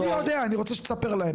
אני יודע, אני רוצה שתספר להם.